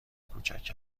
کوچک